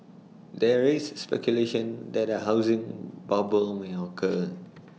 there is speculation that A housing bubble may occur